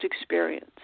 experience